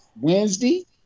Wednesday